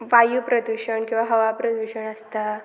वायू प्रदुशण किंवां हवा प्रदुशण आसता